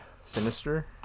Sinister